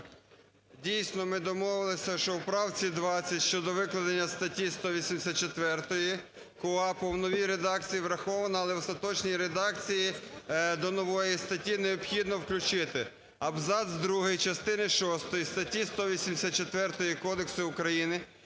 Дійсно, ми домовилися, що в правці 20 щодо викладення статті 184 КУпАП в новій редакції враховано, але в остаточній редакції до нової статті необхідно включити: "абзац 2 частини шостої статті 184 Кодексу України